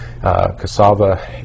Cassava